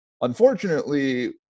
Unfortunately